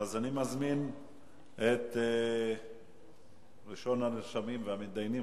אני מזמין את ראשון הנרשמים והמתדיינים,